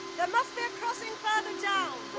there must be a crossing further down.